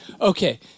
okay